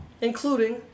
Including